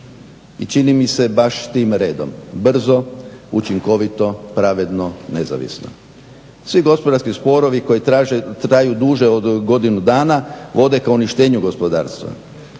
I čini mi se baš tim redom brzo, učinkovito, pravedno, nezavisno. Svi gospodarski sporovi koji traju duže od godinu dana vode ka uništenju gospodarstva.